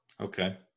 okay